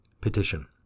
Petition